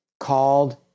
called